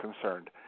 concerned